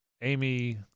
Amy –